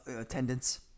attendance